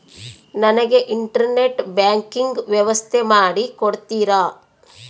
ನನಗೆ internet banking ವ್ಯವಸ್ಥೆ ಮಾಡಿ ಕೊಡ್ತೇರಾ?